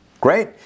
Great